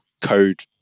code